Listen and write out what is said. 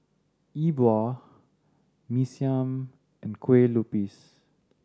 E Bua Mee Siam and Kuih Lopes